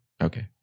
Okay